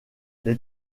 les